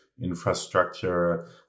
infrastructure